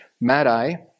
Madai